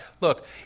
Look